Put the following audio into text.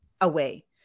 away